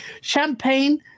Champagne